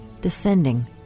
descending